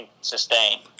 sustain